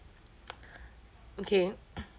okay